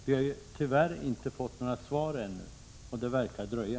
Vi har tyvärr inte fått några svar ännu, och det verkar dröja.